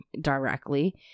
directly